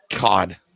God